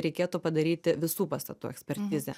reikėtų padaryti visų pastatų ekspertizę